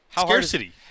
Scarcity